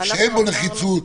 שאין בו נחיצות.